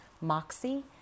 moxie